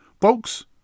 Folks